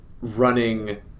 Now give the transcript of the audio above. running